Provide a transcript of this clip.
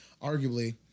arguably